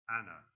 Anna